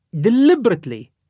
deliberately